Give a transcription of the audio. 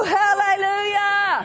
hallelujah